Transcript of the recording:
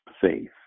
faith